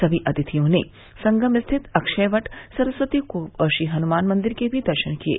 समी अतिथियों ने संगम स्थित अक्षयवट सरस्वती कृप और श्री हनुमान मंदिर के भी दर्शन किये